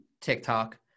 TikTok